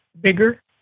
bigger